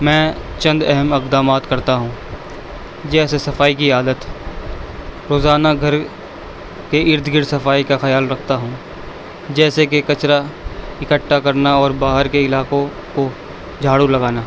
میں چند اہم اقدامات کرتا ہوں جیسے صفائی کی عادت روزانہ گھر کے ارد گرد صفائی کا خیال رکھتا ہوں جیسے کہ کچرا اکٹھا کرنا اور باہر کے علاقوں کو جھاڑو لگانا